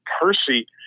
Percy